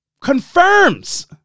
confirms